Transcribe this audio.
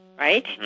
Right